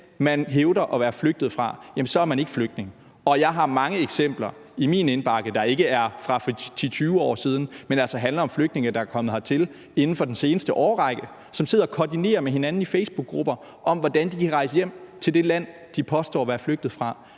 land, man hævder at være flygtet fra, så er man ikke flygtning. Og jeg har mange eksempler i min indbakke, der ikke er fra for 10-20 år siden, men altså handler om flygtninge, der er kommet hertil inden for den seneste årrække, og som sidder og koordinerer med hinanden i facebookgrupper, hvordan de kan rejse hjem til det land, de påstår at være flygtet fra.